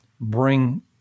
bring